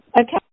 Okay